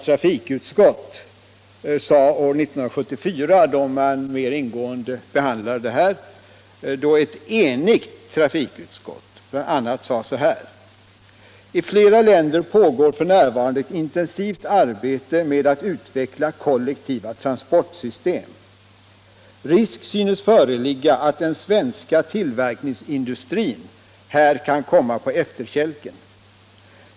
År 1974, då denna fråga behandlades mera ingående i riksdagens trafikutskott, sade ett enigt utskott bl.a. följande: ”I flera länder pågår f. n. ett intensivt arbete med att utveckla kollektiva transportsystem. Risk synes föreligga att den svenska tillverkningsindustrin här kan komma på efterkälken.